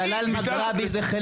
דלאל אל מוגרבי היא חלק